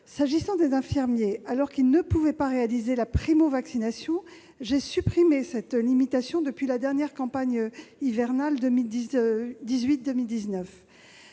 S'agissant des infirmiers, alors qu'ils ne pouvaient pas réaliser la primo-vaccination, j'ai supprimé cette limitation depuis la campagne hivernale 2018-2019.